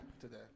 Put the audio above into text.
today